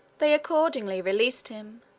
they accordingly released him,